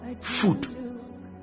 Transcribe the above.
food